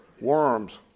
worms